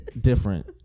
different